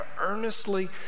earnestly